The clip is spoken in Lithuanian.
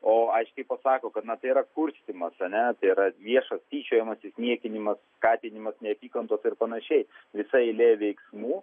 o aiškiai pasako kad tai yra kurstymas ar ne tai yra viešas tyčiojimasis niekinimas skatinimas neapykantos ir panašiai visa eilė veiksmų